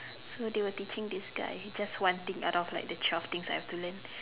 so they were teaching this guy just one thing out of the twelve things I have to learn